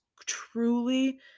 truly